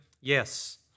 yes